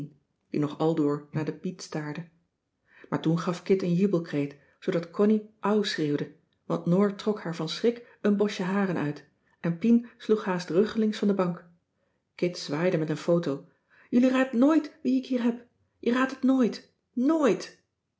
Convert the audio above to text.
die nog aldoor naar de biet staarde maar toen gaf kit een jubelkreet zoodat connie au schreeuwde want noor trok haar van schrik een bosje haren uit en pien sloeg haast ruggelings van de bank kit zwaaide met een foto jullie raadt nooit wie ik hier heb je raadt het nooit nooit